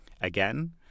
Again